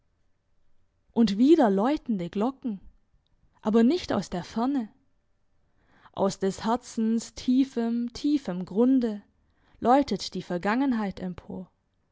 und wieder läutende glocken aber nicht aus der ferne aus des herzens tiefem tiefem grunde läutet die vergangenheit empor